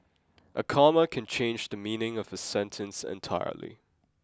a comma can change the meaning of a sentence entirely